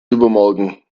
übermorgen